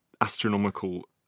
astronomical